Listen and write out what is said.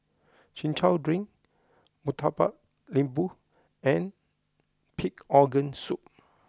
Chin Chow Drink Murtabak Lembu and Pig Organ Soup